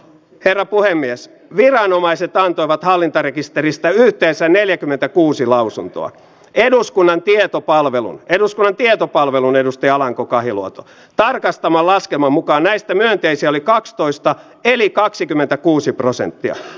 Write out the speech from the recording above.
toki määrärahalisäykset mitkä on esitetty tässä valtiovarainvaliokunnan mietinnössä ovat vähäisiä mutta kuitenkin tulevat erittäin suureen tarpeeseen ja kuten sanoin niin mahdollisuuden lisäbudjetteihin pitää olla aina olemassa